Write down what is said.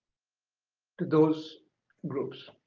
to those groups